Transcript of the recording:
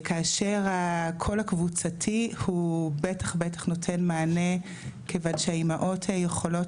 כאשר הקול הקבוצתי הוא בטח-בטח נותן מענה כיוון שהאימהות יכולות